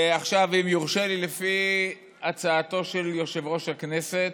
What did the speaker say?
עכשיו, אם יורשה לי, לפי הצעתו של יושב-ראש הכנסת,